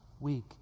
Week